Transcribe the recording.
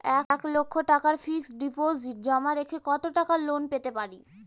এক লক্ষ টাকার ফিক্সড ডিপোজিট জমা রেখে কত টাকা লোন পেতে পারি?